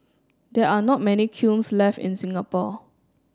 there are not many kilns left in Singapore